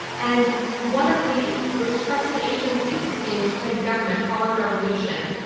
and one of the most trusted agencies in ukraine's government following the revolution,